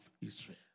Israel